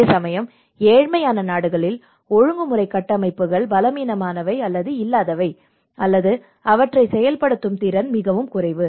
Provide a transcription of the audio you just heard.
அதேசமயம் ஏழ்மையான நாடுகளில் ஒழுங்குமுறை கட்டமைப்புகள் பலவீனமானவை அல்லது இல்லாதவை அல்லது அவற்றைச் செயல்படுத்தும் திறன் குறைவு